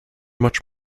much